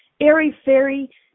airy-fairy